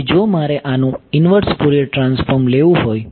તેથી જો મારે આનું ઇન્વર્સ ફોરિયર ટ્રાન્સફોર્મ લેવું હોય